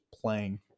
playing